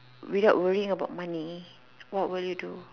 without worrying about money what will you do